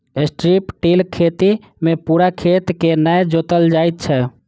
strip till खेती मे पूरा खेत के नै जोतल जाइत छै